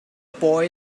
boy